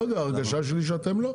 לא יודע, הרגשה שלי שתם לא.